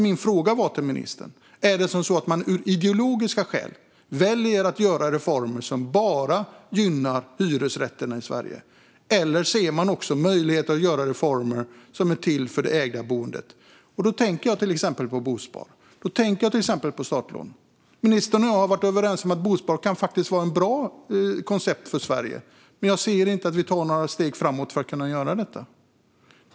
Min fråga till ministern var därför: Väljer man av ideologiska skäl att göra reformer som bara gynnar hyresrätterna i Sverige, eller ser man också möjligheter att göra reformer som gäller det ägda boendet? Då tänker jag på till exempel bosparande och startlån. Ministern och jag har varit överens om att bosparande faktiskt kan vara ett bra koncept för Sverige. Men jag ser inte att det tas några steg framåt för att detta ska kunna göras.